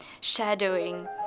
shadowing